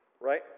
right